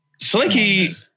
Slinky